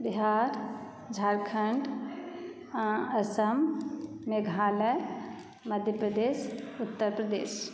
Bihar Jharkhand Assam Meghalaya Madhya Pradesh Uttar Pradesh